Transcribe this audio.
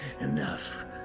enough